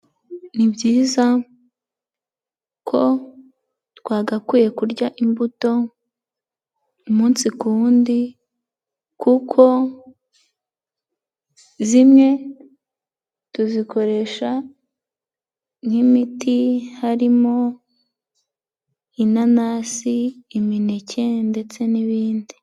Ni byiza ko twagakwiye kurya imbuto umunsi ku wundi kuko zimwe tuzikoresha nk'imiti, harimo inanasi, imineke ndetse n'ibindi.